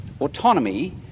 Autonomy